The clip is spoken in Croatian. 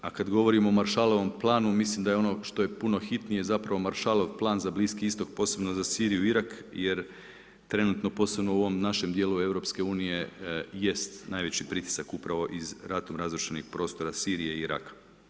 A kad govorimo o Maršalovom planu, mislim da je ono što je puno hitnije, zapravo, Maršalov plan za Bliski Istok, posebno za Siriju i Irak jer trenutno, posebno u ovom našem dijelu EU jest najveći pritisak iz ratom razrušenih prostora Sirije i Iraka.